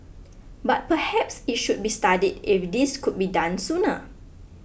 but perhaps it should be studied if this could be done sooner